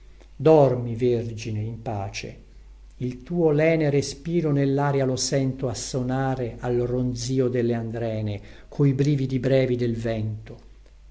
dormi vergine in pace il tuo lene respiro nellaria lo sento assonare al ronzio delle andrene coi brividi brevi del vento